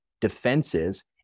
defenses